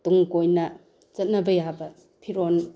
ꯇꯨꯡ ꯀꯣꯏꯅ ꯆꯠꯅꯕ ꯌꯥꯕ ꯐꯤꯔꯣꯟ